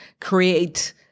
create